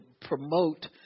promote